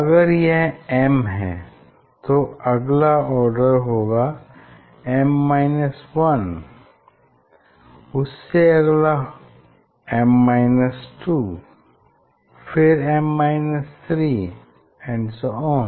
अगर यह m है तो अगला आर्डर होगा m 1 उससे अगला m 2 फिर m 3 एंड सो ऑन